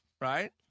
Right